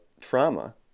trauma